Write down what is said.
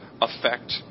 affect